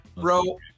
Bro